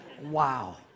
Wow